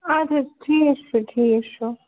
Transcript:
اَدٕ حظ ٹھیٖک چھُ ٹھیٖک چھُ